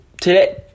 Today